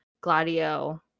Gladio